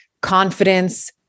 confidence